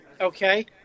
Okay